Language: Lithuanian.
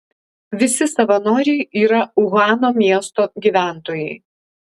visi savanoriai yra uhano miesto gyventojai